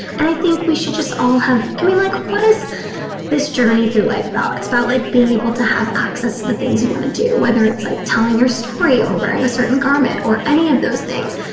and i think we should just all have, i mean like, what is this journey through life about? it's about like being able to have access to the things you want to do, whether it's like telling your story or wearing a certain garment or any of those things.